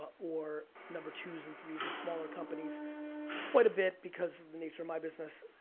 or number twos and threes in smaller companies quite a bit because the nature of my business,